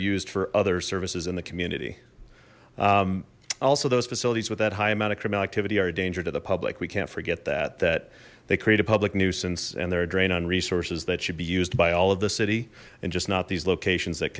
used for other services in the community also those facilities with that high amount of criminal activity are a danger to the public we can't forget that that they create a public nuisance and they're a drain on resources that should be used by all of the city and just not these locations that